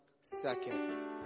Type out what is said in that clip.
second